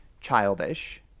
childish